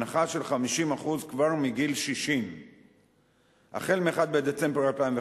הנחה של 50% כבר מגיל 60. החל מ-1 בדצמבר 2011,